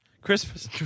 Christmas